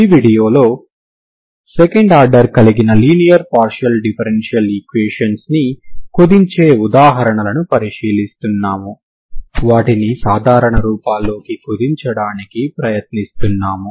ఈ వీడియోలో second order కలిగిన లినియర్ పార్షియల్ డిఫరెన్షియల్ ఈక్వేషన్స్ ని కుదించే ఉదాహరణలను పరిశీలిస్తున్నాము వాటిని సాధారణ రూపాల్లోకి కుదించడానికి ప్రయత్నిస్తున్నాము